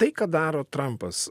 tai ką daro trampas